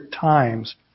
times